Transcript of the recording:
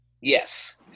Yes